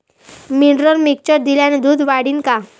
Mineral mixture दिल्यानं दूध वाढीनं का?